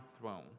throne